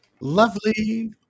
Lovely